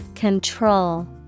Control